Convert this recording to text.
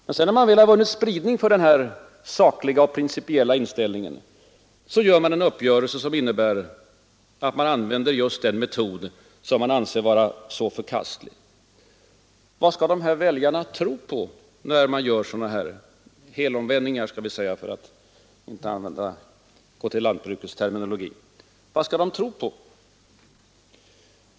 Men sedan, när man väl vunnit spridning för sin principiella inställning, träffar man en uppgörelse som innebär att man använder just den metod som man anser förkastlig. Vad skall väljarna tro på när man gör sådana här helomvändningar — som jag kallar dem, för att inte använda lantbrukets terminologi?